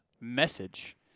message